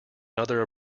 another